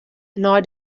nei